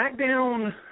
SmackDown